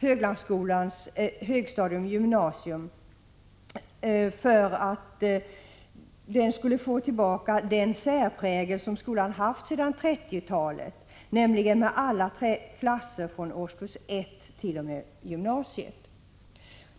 Höglandsskolans högstadium och gymnasium för att skolan skulle få tillbaka den särprägel som den haft sedan 1930-talet, nämligen med alla klasser från årskurs 1t.o.m. gymnasiet.